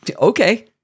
Okay